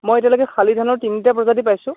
মই এতিয়ালৈকে শালি ধানৰ তিনিটা প্ৰজাতি পাইছো